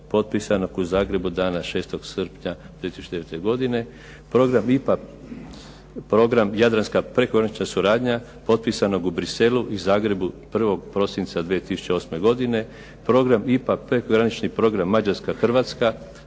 u Zagrebu dana 6. srpnja 2009. godine, Program "IPA – Program jadranska prekogranična suradnja" potpisanog u Bruxellesu i Zagrebu 1. prosinca 2008. godine, Program "IPA – Prekogranični program Mađarska – Hrvatska"